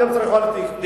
אתם צריכים להיות עקביים,